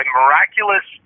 miraculous